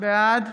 בעד